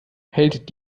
hält